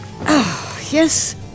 Yes